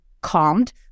calmed